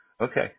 Okay